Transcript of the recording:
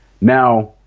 Now